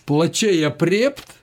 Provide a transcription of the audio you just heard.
plačiai aprėpt